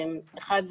דבר אחד,